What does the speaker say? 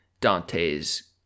Dante's